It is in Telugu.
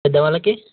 పెద్దవాళ్ళకి